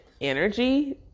energy